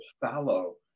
fallow